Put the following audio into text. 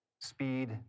Speed